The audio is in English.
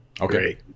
okay